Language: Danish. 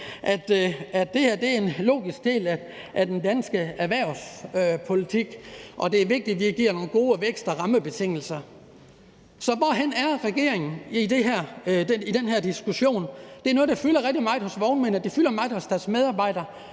at det her er en logisk del af den danske erhvervspolitik, og at det er vigtigt, at vi giver nogle gode vækst- og rammebetingelser. Så hvor er regeringen i den her diskussion? Det er noget, der fylder rigtig meget hos vognmændene, og det fylder meget hos deres medarbejdere.